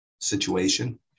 situation